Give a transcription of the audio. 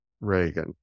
Reagan